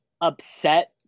upset